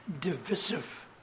divisive